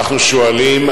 אנחנו שואלים,